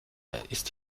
ist